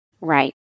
Right